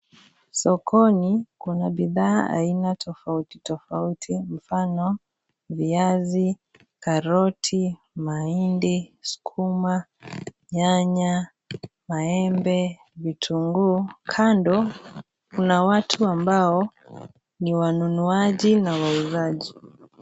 Sokoni kuna bidhaa tofauti tofauti mfano, viazi ,karoti, mahindi ,sukuma,,nyanya, maembe ,vitunguu, kando kuna watu ambao ni wanunuaji na wauzaji.